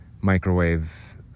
microwave